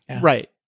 Right